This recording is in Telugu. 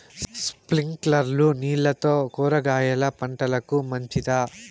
స్ప్రింక్లర్లు నీళ్లతో కూరగాయల పంటకు మంచిదా?